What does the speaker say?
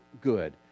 good